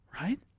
right